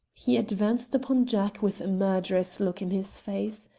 he advanced upon jack with a murderous look in his face.